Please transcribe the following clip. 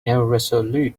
irresolute